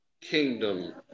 kingdom